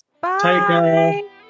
bye